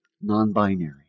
non-binary